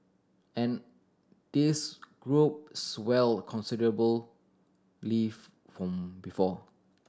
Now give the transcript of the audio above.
and this group swelled considerably from before